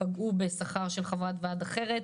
פגעו בשכר של חברת ועד אחרת.